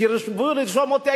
סירבו לרשום אותי.